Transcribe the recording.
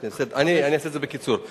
אני מסתכל על החשיבות של הנושא,